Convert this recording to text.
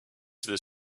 this